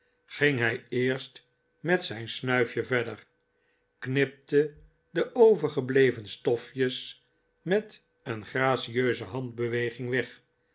ging hij eerst met zijn snuifje verder knipte de overgebleven stofjes met een gratieuze handbeweging weg